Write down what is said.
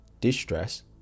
distress